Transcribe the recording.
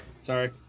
Sorry